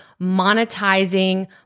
monetizing